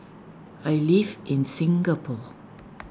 I live in Singapore